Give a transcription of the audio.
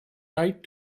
right